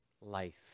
life